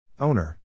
Owner